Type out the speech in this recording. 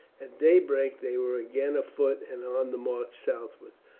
at daybreak they were again afoot and on the march southward,